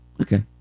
Okay